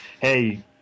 Hey